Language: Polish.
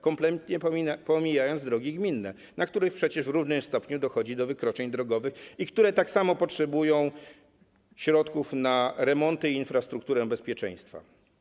Kompletnie pomija się drogi gminne, na których przecież w równym stopniu dochodzi do wykroczeń drogowych i które tak samo potrzebują środków na remonty i infrastrukturę bezpieczeństwa.